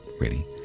ready